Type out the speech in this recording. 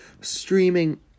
streaming